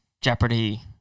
jeopardy